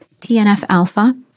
TNF-alpha